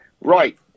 Right